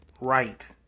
right